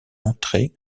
entré